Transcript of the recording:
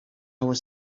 was